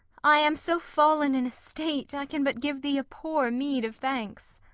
i am so fallen in estate i can but give thee a poor meed of thanks.